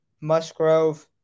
Musgrove